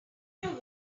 know